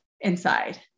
inside